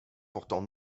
pourtant